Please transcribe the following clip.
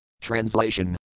Translation